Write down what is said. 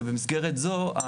ובמסגרת זו,